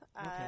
Okay